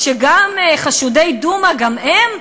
שגם חשודי דומא, גם הם?